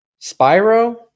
Spyro